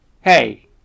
hey